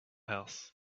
house